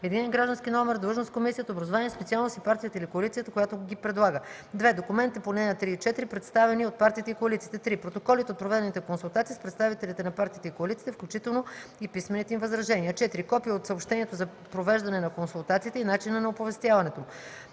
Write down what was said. единен граждански номер, длъжност в комисията, образование, специалност и партията или коалицията, която ги предлага; 2. документите по ал. 3 и 4, представени от партиите и коалициите; 3. протоколите от проведените консултации с представителите на партиите и коалициите, включително и писмените им възражения; 4. копие от съобщението за провеждане на консултациите и начина на оповестяването